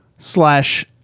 slash